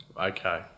Okay